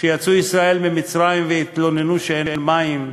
כשיצאו ישראל ממצרים והתלוננו שאין מים,